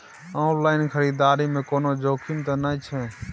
Online खरीददारी में कोनो जोखिम त नय छै?